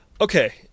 Okay